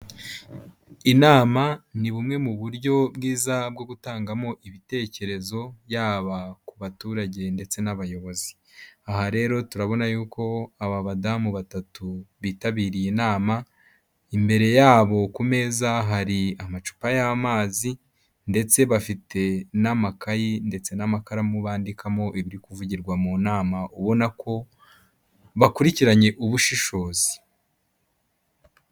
Inama ni bumwe mu buryo bwiza bwo gutangamo ibitekerezo, yaba ku baturage ndetse n'abayobozi, aha rero turabona yuko aba badamu batatu bitabiriye inama, imbere yabo ku meza hari amacupa y'amazi ndetse bafite n'amakayi ndetse n'amakaramu bandikamo ibiri kuvugirwa mu nama, ubona ko bakurikiranye ubushishozi.